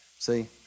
See